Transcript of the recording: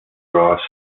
ross